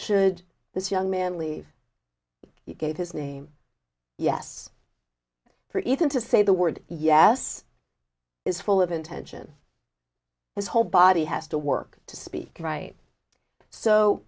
should this young man leave gave his name yes for even to say the word yes is full of intention his whole body has to work to speak right so